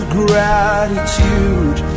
gratitude